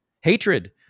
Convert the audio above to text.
Hatred